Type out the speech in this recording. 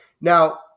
Now